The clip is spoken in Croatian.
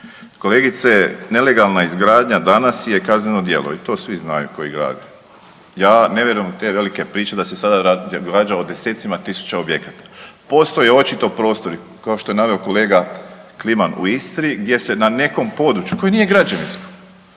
Kolegice, nelegalna izgradnja danas je kazneno djelo i to svi znaju koji grade. Ja ne vjerujem u te velike priče da se sada radi o desecima tisuća objekata. Postoje očito prostori, kao što je naveo kolega Kliman u Istri, gdje se na nekom području, koje nije građevinsko,